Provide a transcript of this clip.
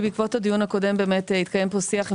בעקבות הדיון הקודם באמת התקיים שיח עם